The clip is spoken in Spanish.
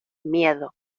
miedo